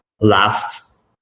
last